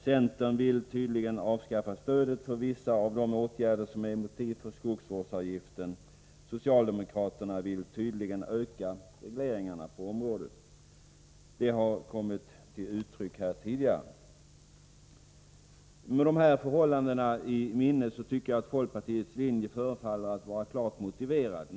Centern vill tydligen avskaffa stödet för vissa av kostnaderna för de åtgärder som är motiv för skogsvårdsavgiften. Socialdemokraterna vill uppenbarligen öka regleringarna på området. Detta har kommit till uttryck tidigare. Med dessa förhållanden i minnet tycker jag att folkpartiets linje förefaller vara klart motiverad.